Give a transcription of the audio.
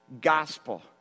gospel